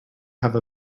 have